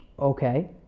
Okay